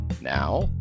Now